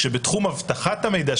בתחום אבטחת המידע,